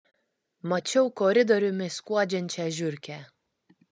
mačiau koridoriumi skuodžiančią žiurkę